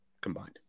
combined